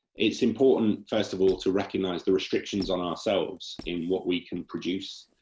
it's important, first of all, to recognise the restrictions on ourselves in what we can produce,